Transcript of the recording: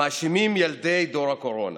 המאשימים: ילדי דור הקורונה,